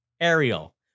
Ariel